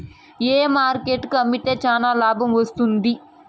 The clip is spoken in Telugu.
ఏ మార్కెట్ కు అమ్మితే చానా లాభం వస్తుంది?